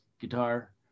guitar